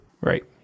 Right